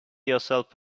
yourself